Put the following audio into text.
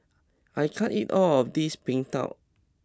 I can't eat all of this png tao